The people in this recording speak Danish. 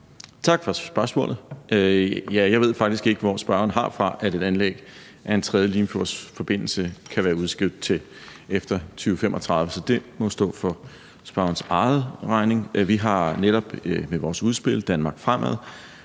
Tak for spørgsmålet. Jeg ved faktisk ikke, hvor spørgeren har fra, at et anlæg af en tredje limfjordsforbindelse kan være udskudt til efter 2035, så det må stå for spørgerens egen regning. Vi har netop med vores udspil »Danmark fremad